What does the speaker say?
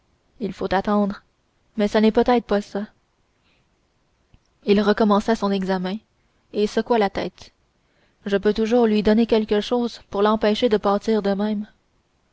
il faut attendre mais ça n'est peut-être pas ça il recommença son examen et secoua la tête je peux toujours lui donner quelque chose pour l'empêcher de pâtir de même